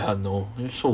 her know so